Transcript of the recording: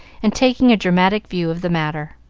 and taking a dramatic view of the matter.